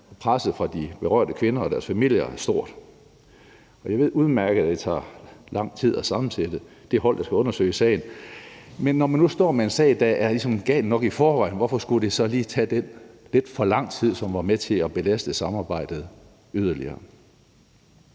og presset fra de berørte kvinder og deres familier er stort. Jeg ved udmærket, at det tager lang tid at sammensætte det hold, der skal undersøge sagen, men når man nu står med en sag, der ligesom er gal nok i forvejen, hvorfor skulle det så lige tage den lidt for lange tid, der gjorde, at samarbejdet blev belastet yderligere?